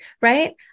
right